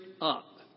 up